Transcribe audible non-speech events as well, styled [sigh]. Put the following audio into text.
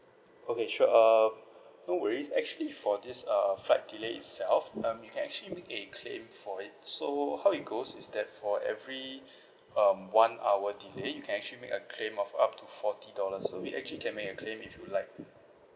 okay sure err no worries actually for this uh flight delay itself um you can actually make a claim for it so how it goes is that for every [breath] um one hour delay you can actually make a claim of up to forty dollars only actually can make a claim if you like